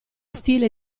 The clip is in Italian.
stile